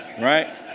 right